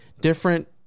different